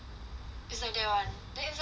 is like that [one] then inside right